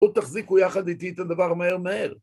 בואו תחזיקו יחד איתי את הדבר, מהר-מהר.